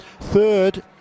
third